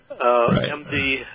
MD